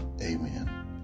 Amen